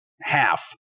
half